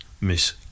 Miss